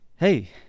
Hey